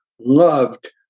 loved